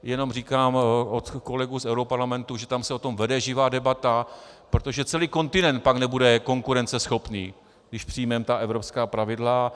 Jenom říkám od kolegů z europarlamentu, že tam se o tom vede živá debata, protože celý kontinent pak nebude konkurenceschopný, když přijmeme ta evropská pravidla.